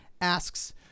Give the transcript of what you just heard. asks